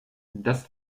das